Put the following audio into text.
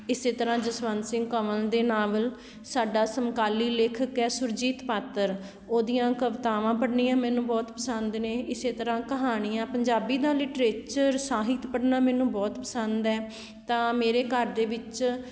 ਇਸ ਤਰ੍ਹਾਂ ਜਸਵੰਤ ਸਿੰਘ ਕੰਵਲ ਦੇ ਨਾਵਲ ਸਾਡਾ ਸਮਕਾਲੀ ਲੇਖਕ ਹੈ ਸੁਰਜੀਤ ਪਾਤਰ ਉਹਦੀਆਂ ਕਵਿਤਾਵਾਂ ਪੜ੍ਹਨੀਆਂ ਮੈਨੂੰ ਬਹੁਤ ਪਸੰਦ ਨੇ ਇਸ ਤਰ੍ਹਾਂ ਕਹਾਣੀਆਂ ਪੰਜਾਬੀ ਦਾ ਲਿਟਰੇਚਰ ਸਾਹਿਤ ਪੜ੍ਹਨਾ ਮੈਨੂੰ ਬਹੁਤ ਪਸੰਦ ਹੈ ਤਾਂ ਮੇਰੇ ਘਰ ਦੇ ਵਿੱਚ